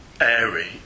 airy